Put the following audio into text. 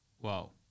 Wow